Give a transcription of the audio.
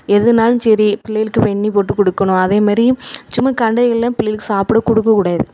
எதுன்னாலும் சரி புள்ளைகளுக்கு வெந்நீர் போட்டு கொடுக்கணும் அதேமாதிரி சும்மா கண்டதையெல்லாம் புள்ளைகளுக்கு சாப்பிட கொடுக்கக்கூடாது